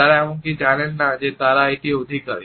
তারা এমনকি জানেন না যে তারা এটির অধিকারী